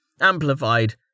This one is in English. amplified